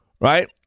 Right